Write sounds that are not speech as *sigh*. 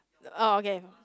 ah okay *noise*